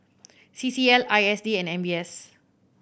C C L I S D and M B S